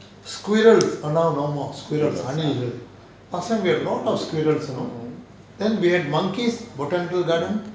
mm